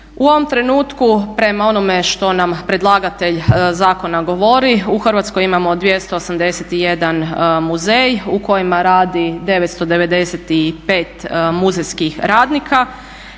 U ovom trenutku prema onome što nam predlagatelj zakona govori u Hrvatskoj imamo 281 muzej u kojima radi 995 muzejskih radnika